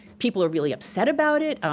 people are really upset about it.